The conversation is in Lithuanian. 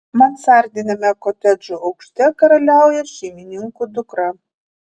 mansardiniame kotedžo aukšte karaliauja šeimininkų dukra